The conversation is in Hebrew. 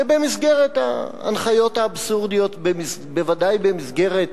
זה במסגרת ההנחיות האבסורדיות, בוודאי במסגרת